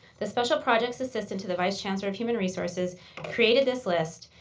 the special projects assistant to the vice chancellor of human resources created this list.